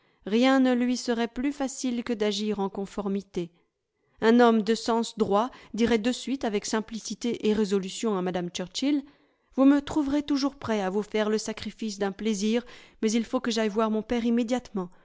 rien ne lui serait plus facile que d'agir en conformité un homme de sens droit dirait de suite avec simplicité et résolution à mme churchill vous me trouverez toujours prêt à vous faire le sacrifice d'un plaisir mais il faut que j'aille voir mon père immédiatement